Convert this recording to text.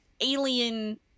Alien